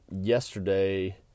Yesterday